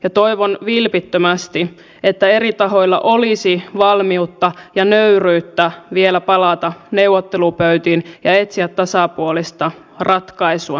ja toivon vilpittömästi että eri tahoilla olisi valmiutta ja nöyryyttä vielä palata neuvottelupöytiin ja etsiä tasapuolista ratkaisua